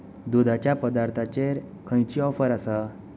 दुदाच्या पदार्थाचेर खंयची ऑफर आसा